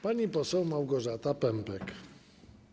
Pani poseł Małgorzata Pępek.